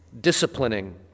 disciplining